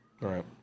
Right